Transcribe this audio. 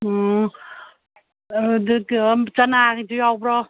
ꯎꯝ ꯑꯗꯨꯒ ꯆꯅꯥꯁꯨ ꯌꯥꯎꯕ꯭ꯔꯣ